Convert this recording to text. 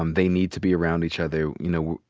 um they need to be around each other. you know,